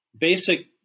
basic